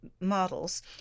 models